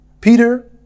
Peter